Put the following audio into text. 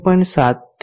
8 ની આસપાસ રહેશે